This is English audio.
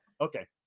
Okay